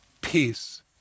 Peace